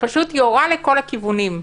שפשוט יורה לכל הכיוונים,